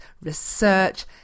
research